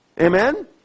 Amen